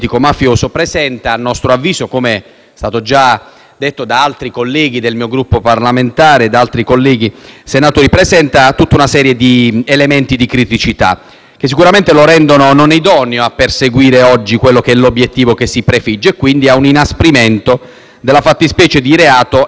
stato detto da altri colleghi del mio Gruppo parlamentare e da altri senatori - tutta una serie di elementi di criticità, che sicuramente lo rendono non idoneo a perseguire l'obiettivo che si prefigge, e cioè un inasprimento della fattispecie di reato e delle sue sanzioni. Vorrei chiarire meglio